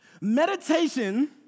Meditation